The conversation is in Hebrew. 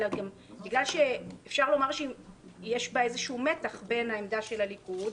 אלא גם בגלל שאפשר לומר שיש בה איזשהו מתח בין העמדה של הליכוד,